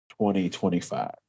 2025